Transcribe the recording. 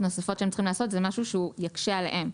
נוספות שהם צריכים לעשות זה דבר שיקשה עליהם.